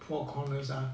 four corners ah